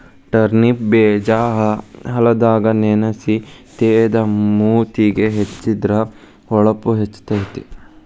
turnip ಬೇಜಾ ಹಾಲದಾಗ ನೆನಸಿ ತೇದ ಮೂತಿಗೆ ಹೆಚ್ಚಿದ್ರ ಹೊಳಪು ಹೆಚ್ಚಕೈತಿ